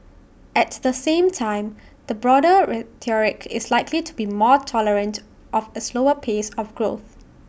at the same time the broader rhetoric is likely to be more tolerant of A slower pace of growth